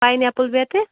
pine Apple بیٚترِ